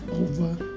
over